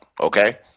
okay